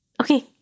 Okay